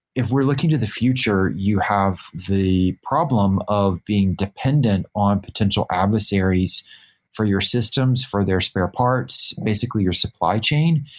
if we are looking to the future, you have the problem of being dependent on potential adversaries for your systems for their spare parts, basically your supply chain.